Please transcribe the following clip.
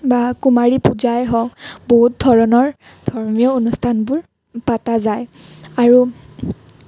বা কুমাৰী পূজায়ে হওক বহুত ধৰণৰ ধৰ্মীয় অনুষ্ঠানবোৰ পতা যায় আৰু